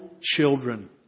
children